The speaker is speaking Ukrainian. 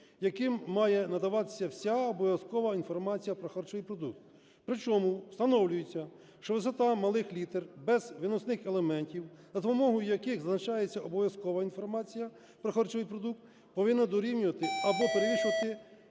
яким має надаватися вся обов'язкова інформація про харчовий продукт. Причому встановлюється, що висота малих літер без виносних елементів, за допомогою яких зазначається обов'язкова інформація про харчовий продукт, повинно дорівнювати або перевищувати 1,2